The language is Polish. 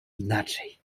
inaczej